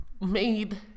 made